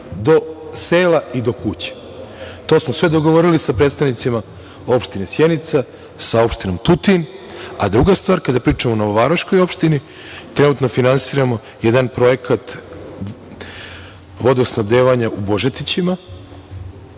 do sela i do kuća. To smo sve dogovorili sa predstavnicima opštine Sjenica, sa opštinom Tutin. Druga stvar, kada pričamo o Novovaroškoj opštini, trenutno finansiramo jedan projekat vodosnabdevanja u Božetićima.